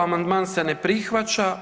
Amandman se ne prihvaća.